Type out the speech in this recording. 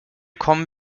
kommen